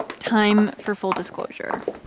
time for full disclosure.